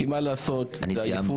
מה לעשות, זאת עייפות.